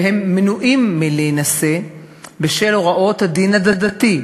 והם מנועים מלהינשא בשל הוראות הדין הדתי,